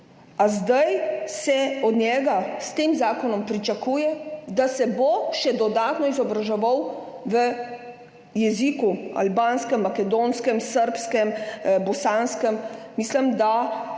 se zdaj od njega s tem zakonom pričakuje, da se bo še dodatno izobraževal v jeziku, albanskem, makedonskem, srbskem, bosanskem? Mislim, da